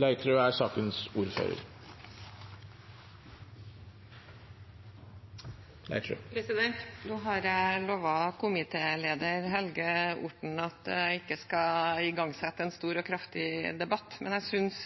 ordet til sak nr. 5. Nå har jeg lovet komitéleder Helge Orten at jeg ikke skal igangsette en stor og kraftig debatt, men jeg synes